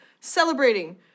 Celebrating